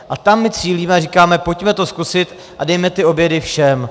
A tam my cílíme a říkáme, pojďme to zkusit a dejme obědy všem.